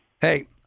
Hey